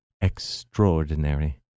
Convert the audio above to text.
Extraordinary